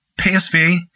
PSV